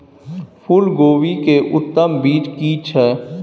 फूलकोबी के उत्तम बीज की छै?